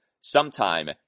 sometime